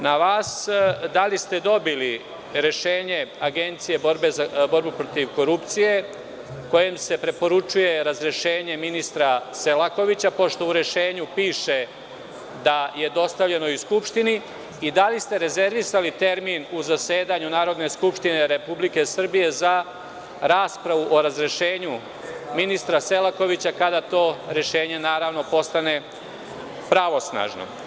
Na vas, da li ste dobili rešenje Agencije za borbu protiv korupcije kojim se preporučuje razrešenje ministra Selakovića, pošto u rešenju piše da je dostavljeno i Skupštini i da li ste rezervisali termin u zasedanju Narodne skupštine Republike Srbije za raspravu o razrešenju ministra Selakovića, kada to rešenje, naravno, postane pravosnažno?